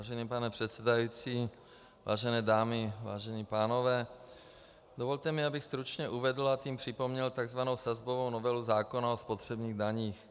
Vážený pane předsedající, vážené dámy, vážení pánové, dovolte mi, abych stručně uvedl, a tím připomněl tzv. sazbovou novelu zákona o spotřebních daních.